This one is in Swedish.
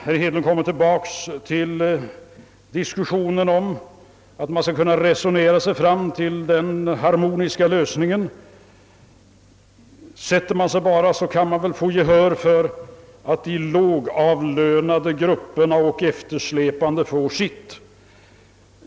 Herr Hedlund kommer tillbaka till diskussionen om att man skall kunna resonera sig fram till den harmoniska lösningen; sätter man sig bara ned och diskuterar kan man väl vinna gehör för att de lågavlönade och de eftersläpande grupperna får sitt.